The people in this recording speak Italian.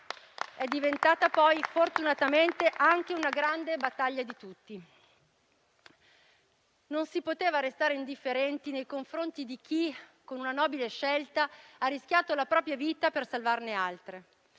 è diventata poi fortunatamente anche una grande battaglia di tutti. Non si poteva restare indifferenti nei confronti di chi, con una nobile scelta, ha rischiato la propria vita per salvarne altre.